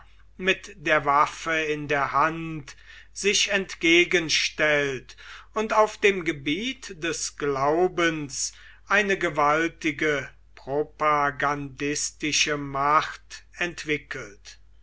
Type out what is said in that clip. mit der waffe in der hand sich entgegenstellt und auf dem gebiet des glaubens eine gewaltige propagandistische macht entwickelt